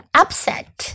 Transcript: upset